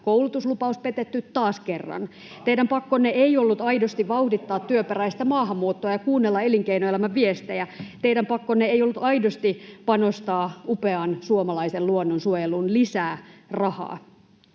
koulutuslupaustanne?] Teidän pakkonne ei ollut aidosti vauhdittaa työperäistä maahanmuuttoa ja kuunnella elinkeinoelämän viestejä. Teidän pakkonne ei ollut aidosti panostaa upean suomalaisen luonnon suojeluun lisää rahaa